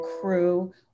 crew